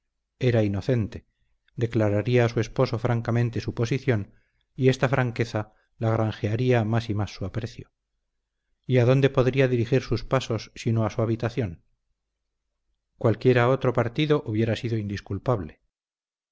era inocente declararía a su esposo francamente su posición y esta franqueza la granjearía más y más su aprecio y adónde podría dirigir sus pasos sino a su habitación cualquiera otro partido hubiera sido indisculpable